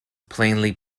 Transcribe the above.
plainly